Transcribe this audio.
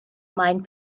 maen